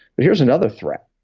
but here's another threat,